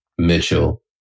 Mitchell